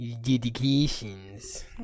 Dedications